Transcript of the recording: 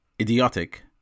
idiotic